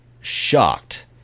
shocked